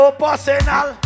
personal